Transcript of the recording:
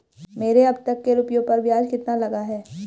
मेरे अब तक के रुपयों पर ब्याज कितना लगा है?